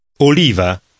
Oliva